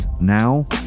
now